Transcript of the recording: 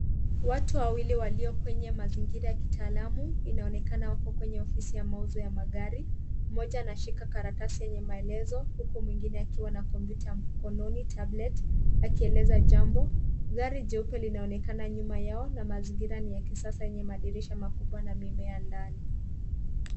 Watu wawili walio kwenye mazingira ya kitaalamu inaonekana wako kwenye ofisi ya mauzo ya magari, mmoja anashika karatasi yenye maelezo huku mwingine akiwa na kompyuta mkononi tablet akieleza jambo gari jeupe linaonekana nyuma yao na mazingira ni ya kisasa yenye madirisha makubwa na mimea ndani.